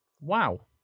Wow